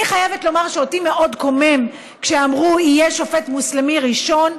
אני חייבת לומר שאותי מאוד קומם כשאמרו: יהיה שופט מוסלמי ראשון,